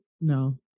no